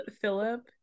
Philip